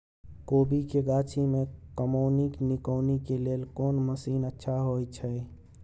कोबी के गाछी में कमोनी निकौनी के लेल कोन मसीन अच्छा होय छै?